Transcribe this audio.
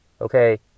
okay